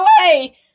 away